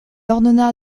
ordonna